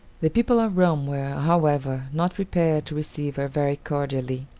the people of rome were, however, not prepared to receive her very cordially.